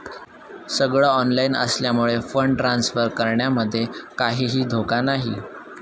सगळ ऑनलाइन असल्यामुळे fund transfer करण्यामध्ये काहीही धोका नाही